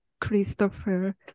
Christopher